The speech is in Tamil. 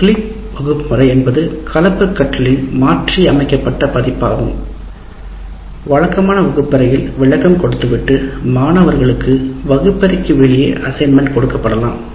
ஒரு பிலிப் வகுப்பறை என்பது கலப்பு கற்றலின் மாற்றியமைக்கப்பட்ட பதிப்பாகும் வழக்கமாக வகுப்பறையில் விளக்கம் கொடுத்துவிட்டு மாணவர்களுக்கு வகுப்பறைக்கு வெளியே அசைன்மென்ட் கொடுக்கப்படலாம்